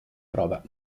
prova